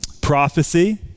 Prophecy